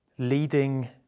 leading